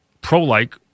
pro-like